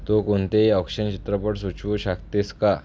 तू कोणतेही ऑक्शन चित्रपट सुचवू शकतेस का